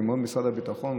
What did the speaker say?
כמו משרד הביטחון,